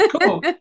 cool